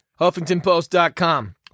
HuffingtonPost.com